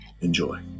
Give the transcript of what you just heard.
Enjoy